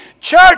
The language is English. Church